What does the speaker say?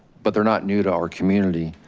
but they're not new to our community.